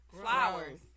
Flowers